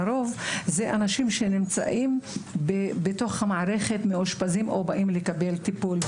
לרוב אלה אנשים שנמצאים בתוך המערכת מאושפזים או באים לקבל טיפול,